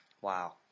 Wow